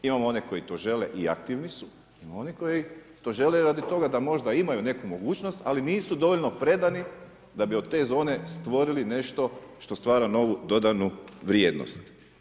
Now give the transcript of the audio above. Imamo one koji to žele i aktivni su, ima onih koji to žele radi toga da možda imaju neku mogućnost, ali nisu dovoljno predani da bi od te zone stvorili nešto što stvara novu dodanu vrijednost.